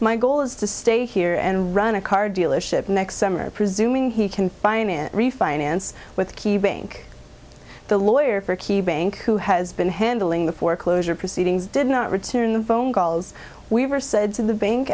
my goal is to stay here and run a car dealership next summer presuming he can refinance with key banc the lawyer for key bank who has been handling the foreclosure proceedings did not return the phone calls weaver said to the bank